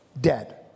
dead